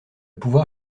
pouvoir